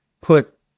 put